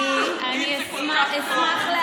אני רוצה לשאול שאלה את שרת החינוך.